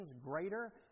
greater